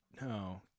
no